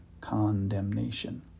condemnation